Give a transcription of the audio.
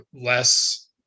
less